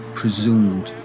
presumed